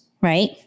right